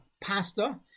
pasta